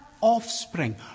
offspring